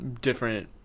different